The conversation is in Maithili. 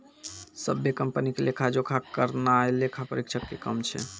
सभ्भे कंपनी के लेखा जोखा करनाय लेखा परीक्षक के काम छै